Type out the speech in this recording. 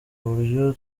uburyo